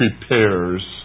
prepares